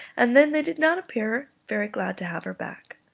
and then they did not appear very glad to have her back.